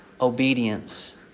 obedience